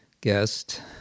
guest